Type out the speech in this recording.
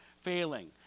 failing